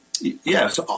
yes